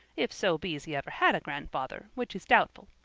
if so be's he ever had a grandfather, which is doubtful.